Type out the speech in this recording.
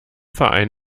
verein